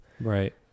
Right